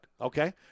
okay